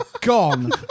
gone